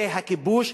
זה הכיבוש,